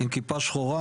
עם כיפה שחורה,